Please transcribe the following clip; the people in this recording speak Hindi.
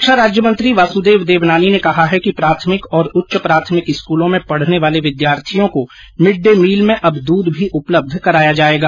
शिक्षा राज्यमंत्री वासुदेव देवनानी ने कहा है कि प्राथमिक और उच्च प्राथमिक स्कूलों में पढ़ने वाले विद्यार्थियों को भिड डे मील में अब दूध भी उपलब्य कराया जाएगा